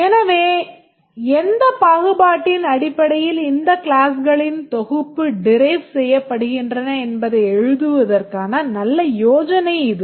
எனவே எந்த பாகுபாட்டின் அடிப்படையில் இந்த கிளாஸ்களின் தொகுப்பு derive செய்யப்படுகின்றன என்பதை எழுதுவதற்கான நல்ல யோசனை இது